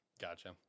Gotcha